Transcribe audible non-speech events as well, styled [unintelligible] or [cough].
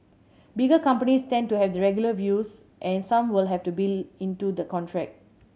bigger companies tend to have regular views and some will have to [unintelligible] into the contract